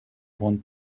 want